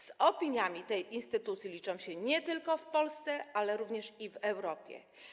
Z opiniami tej instytucji liczą się nie tylko w Polsce, ale również w Europie.